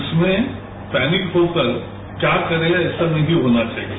इसमें पैनिक होकर क्या करें ऐसा नहीं होना चाहिए